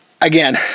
again